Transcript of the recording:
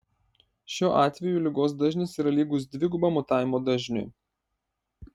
šiuo atveju ligos dažnis yra lygus dvigubam mutavimo dažniui